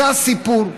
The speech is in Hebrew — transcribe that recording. זה הסיפור.